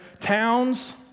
towns